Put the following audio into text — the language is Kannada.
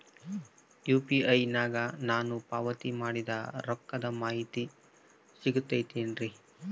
ಯು.ಪಿ.ಐ ನಾಗ ನಾನು ಪಾವತಿ ಮಾಡಿದ ರೊಕ್ಕದ ಮಾಹಿತಿ ಸಿಗುತೈತೇನ್ರಿ?